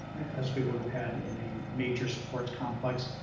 as we would have had in a major sports complex,